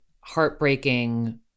heartbreaking